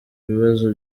bibazo